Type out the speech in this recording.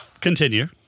continue